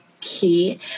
key